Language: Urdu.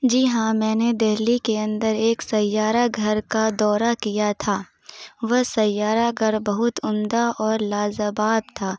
جی ہاں میں نے دہلی کے اندر ایک سیارہ گھر کا دورہ کیا تھا وہ سیارہ گھر بہت عمدہ اور لاجواب تھا